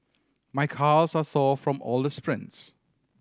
my calves are sore from all the sprints